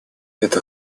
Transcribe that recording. это